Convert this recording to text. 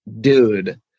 dude